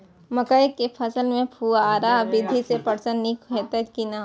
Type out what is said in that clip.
मकई के फसल में फुहारा विधि स पटवन नीक हेतै की नै?